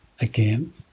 again